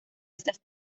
estas